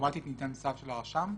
אוטומטית ניתן צו של הרשם?